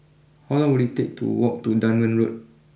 how long will it take to walk to Dunman Lane